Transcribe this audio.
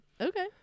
Okay